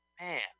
Man